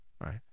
right